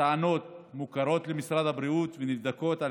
הטענות מוכרות למשרד הבריאות ונבדקות על